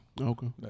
Okay